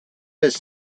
his